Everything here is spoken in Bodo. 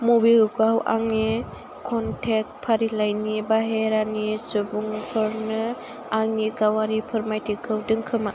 मबिक्वुइकआव आंनि कनटेक्ट फारिलाइनि बाहेरानि सुबुंफोरनो आंनि गावारि फोरमायथिखौ दोनखोमा